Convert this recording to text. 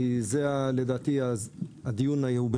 כי זה לדעתי הדיון היום,